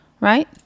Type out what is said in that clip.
Right